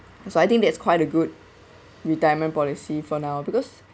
so I think that's quite a good retirement policy for now because